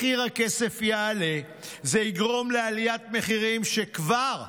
מחיר הכסף יעלה, זה יגרום לעליית מחירים שכבר כאן,